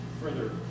further